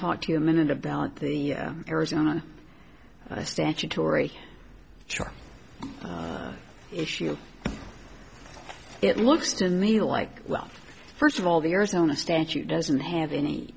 talk to you a minute about the arizona statutory child issue it looks to me like well first of all the arizona statute doesn't have any